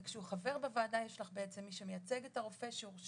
וכשהוא חבר בוועדה יש לך בעצם מי שמייצג את הרופא שהורשע,